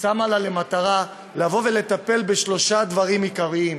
שמה לה למטרה לבוא ולטפל בשלושה דברים עיקריים: